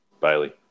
Bailey